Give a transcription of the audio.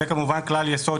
זה כמובן כלל יסוד,